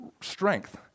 strength